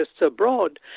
abroad